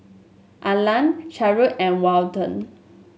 Alan Carleigh and Walton